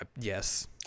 Yes